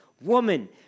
Woman